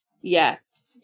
Yes